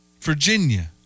Virginia